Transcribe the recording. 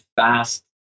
fast